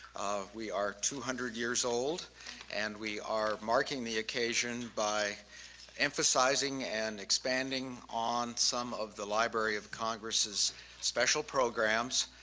we are two hundred years old and we are marking the occasion by emphasizing and expanding on some of the library of congress's special programs.